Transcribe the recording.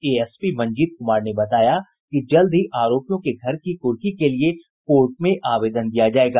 ASP Manjeet Kumar ने बताया कि जल्द ही आरोपियों के घर की कुर्की के लिए कोर्ट में आवेदन दिया जायेगा